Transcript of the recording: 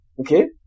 okay